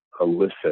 elicit